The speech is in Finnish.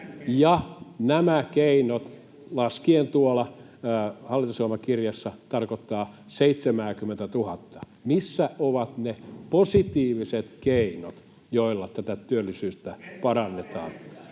nämä keinot, laskien tuolla hallitusohjelmakirjassa, tarkoittavat seitsemääkymmentätuhatta. Missä ovat ne positiiviset keinot, joilla tätä työllisyyttä parannetaan?